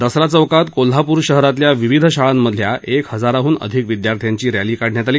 दसरा चौकात कोल्हापूर शहरातल्या विविध शाळांमधल्या एक हजाराहून अधिक विद्यार्थ्यांची रल्ती काढण्यात आली